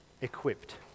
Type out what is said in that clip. equipped